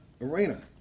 arena